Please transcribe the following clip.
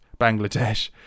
Bangladesh